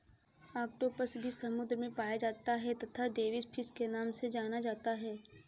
octopus भी समुद्र में पाया जाता है तथा डेविस फिश के नाम से जाना जाता है